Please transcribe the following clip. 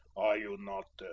are you not,